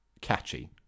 catchy